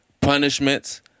Punishments